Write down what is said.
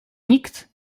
nikt